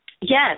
Yes